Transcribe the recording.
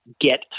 get